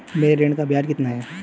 मेरे ऋण का ब्याज कितना है?